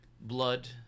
blood